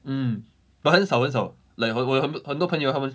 mm but 很少很少 like 我我我有很很多很多朋友他们